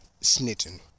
snitching